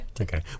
Okay